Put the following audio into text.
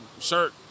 shirt